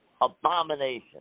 abomination